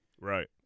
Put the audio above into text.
Right